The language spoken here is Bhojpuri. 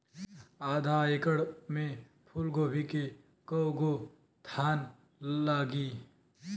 आधा एकड़ में फूलगोभी के कव गो थान लागी?